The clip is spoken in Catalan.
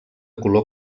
color